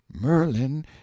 Merlin